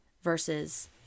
versus